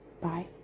Bye